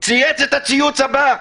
צייץ את הציוץ הבא,